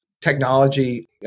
technology